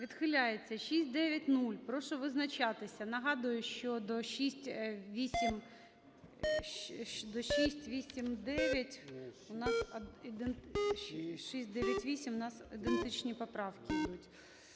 Відхиляється. 690, прошу визначатися. Нагадую, що до 689 в нас... 698 в нас ідентичні поправки ідуть.